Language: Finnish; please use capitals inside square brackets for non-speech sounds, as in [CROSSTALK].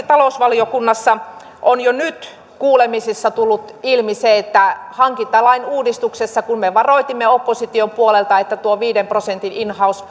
[UNINTELLIGIBLE] talousvaliokunnassa on jo nyt kuulemisissa tullut ilmi se että kun me hankintalain uudistuksessa varoitimme opposition puolelta että viiden prosentin in house [UNINTELLIGIBLE]